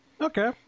Okay